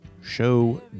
show